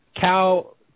Cal